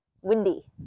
windy